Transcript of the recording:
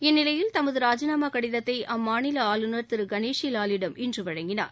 இந்நிலையில் தனது ராஜினாமா கடிதத்தை அம்மாநில ஆளுநர் திரு கணேஷி வாலிடம் இன்று வழங்கினார்